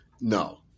no